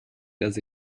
dass